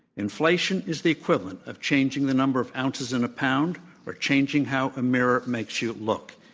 inflation is the equivalent of changing the number of ounces in a pound or changing how a mirror makes you look,